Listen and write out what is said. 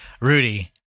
Rudy